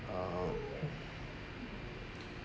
err